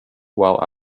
while